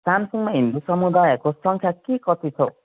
सामसिङमा हिन्दू समुदायहरू को सङ्ख्या के कति छ हौ